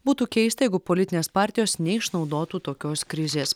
būtų keista jeigu politinės partijos neišnaudotų tokios krizės